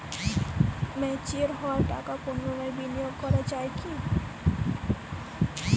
Mature হওয়া টাকা পুনরায় বিনিয়োগ করা য়ায় কি?